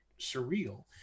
surreal